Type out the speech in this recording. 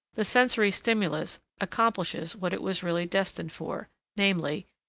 the sensory stimulus accomplishes what it was really destined for, namely,